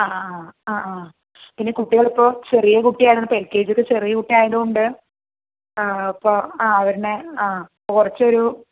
ആ ആ ആ ആ പിന്നേ കുട്ടികളിപ്പോൾ ചെറിയ കുട്ടിയാണിപ്പോൾ എൽ കെ ജിയൊക്കെ ചെറിയ കുട്ടിയായതുകൊണ്ട് ആ ഇപ്പോൾ ആ അവരുടെ ആ കുറച്ചൊരു